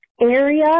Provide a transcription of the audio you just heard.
area